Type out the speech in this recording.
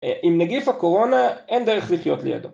עם נגיף הקורונה אין דרך לחיות לידו